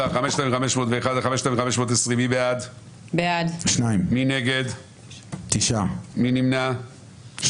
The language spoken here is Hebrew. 1 בעד, 8 נגד, 2 נמנעים.